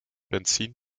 benzin